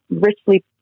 richly